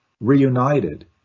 reunited